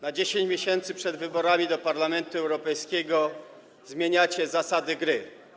Na 10 miesięcy przed wyborami do Parlamentu Europejskiego zmieniacie zasady gry.